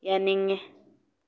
ꯌꯥꯅꯤꯡꯏ